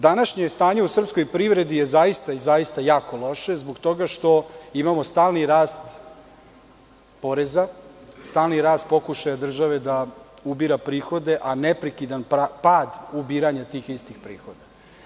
Današnje stanje u srpskoj privredi je zaista i zaista jako loše zbog toga što imamo stalni rast poreza, stalni rast pokušaja države da ubira prihode, a neprekidan pad ubiranja tih istih prihoda.